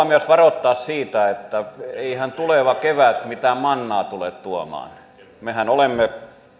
myös varoittaa siitä että eihän tuleva kevät mitään mannaa tule tuomaan mehän olemme